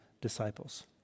disciples